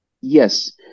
Yes